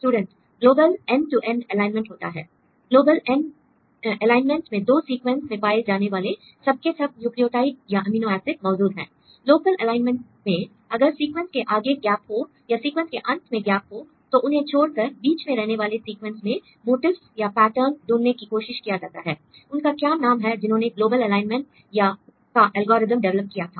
student global end to end alignment होता है l global alignment में दो सीक्वेंस में पाए जाने वाले सबके सब न्यूक्लियोटाइड या अमीनो एसिड मौजूद हैं l लोकल एलाइनमेंट में अगर सीक्वेंस के आगे गैप हो या सीक्वेंस के अंत में गैप हो तो उन्हें छोड़कर बीच में रहने वाले सीक्वेंस में मोटिफ्स या पैटर्न ढूंढने की कोशिश किया जाता है l उनका क्या नाम है जिन्होंने ग्लोबल एलाइनमेंट का एल्गोरिदम डिवेलप किया था